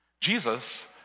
Jesus